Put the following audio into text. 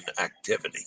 activity